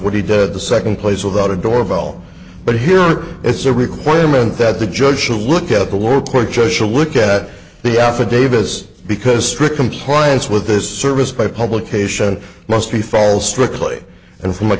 what he did the second place without a doorbell but here it's a requirement that the judge will look at the world court judge will look at the affidavit is because strict compliance with this service by publication must be false strictly and from a